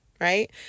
right